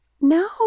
No